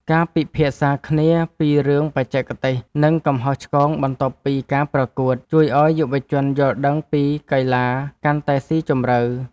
ការពិភាក្សាគ្នាពីរឿងបច្ចេកទេស និងកំហុសឆ្គងបន្ទាប់ពីការប្រកួត ជួយឱ្យយុវជនយល់ដឹងពីកីឡាកាន់តែស៊ីជម្រៅ។